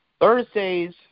Thursdays